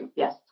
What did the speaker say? yes